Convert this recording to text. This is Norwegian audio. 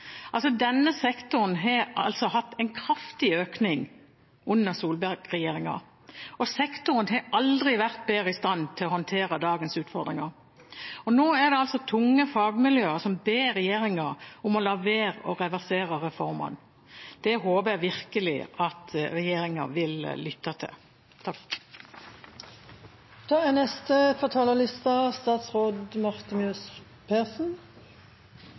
Denne sektoren har hatt en kraftig økning under Solberg-regjeringen, og sektoren har aldri vært bedre i stand til å håndtere dagens utfordringer. Nå er det tunge fagmiljøer som ber regjeringen om å la være å reversere reformene. Det håper jeg virkelig at regjeringen vil lytte til.